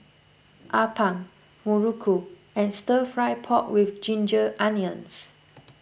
Appam Muruku and Stir Fried Pork with Ginger Onions